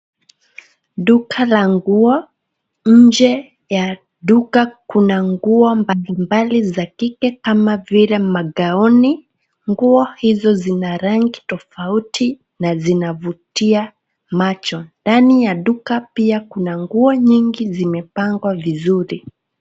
Duka la nguo. Nje ya duka kuna nguo mbalimbali za kike kama vile magauni. Nguo hizo zina rangi tofauti na zinavutia macho. Ndani ya duka pia kuna nguo nyingi zimepangwa vizuri.